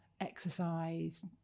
exercise